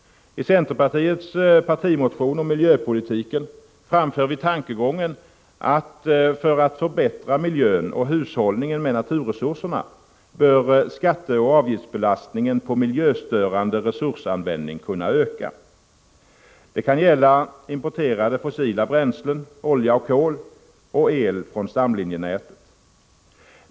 I vår partimotion om miljöpolitiken framför vi tankegången att man för att förbättra miljön och hushållningen med naturresurserna bör kunna öka skatteoch avgiftsbelastningen på miljöstörande resursanvändning. Det kan t.ex. gälla importerade fossila bränslen, olja och kol, och el från stamlinjenätet.